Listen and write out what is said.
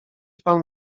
pan